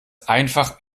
einfach